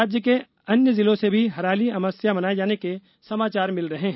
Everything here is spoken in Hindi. राज्य के अन्य जिलों से भी हरियाली अमावस्या मनाए जाने के समाचार मिल रहे हैं